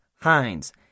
Hines